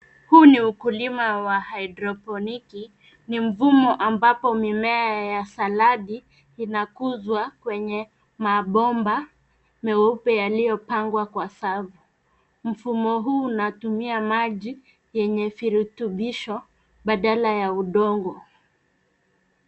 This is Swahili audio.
Huu ni ukulima wa hydroponeki, ni mfumo ambapo mimea ya saladi inakuzwa kwenye mabomba meupe, yaliyopangwa kwa safu. Mfumo huu unatumia maji yenye virutubisho badala ya udongo.